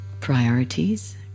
priorities